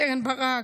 קרן ברק,